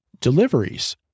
deliveries